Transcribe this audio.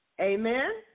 Amen